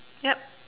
yup